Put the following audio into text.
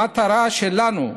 המטרה שלנו,